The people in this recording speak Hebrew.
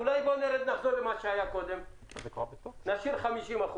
אולי נחזור למה שהיה קודם ונשאיר 50%?